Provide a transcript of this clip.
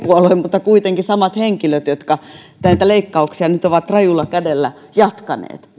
mutta kuitenkin samat henkilöt jotka näitä leikkauksia nyt ovat rajulla kädellä jatkaneet